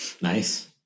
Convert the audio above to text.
Nice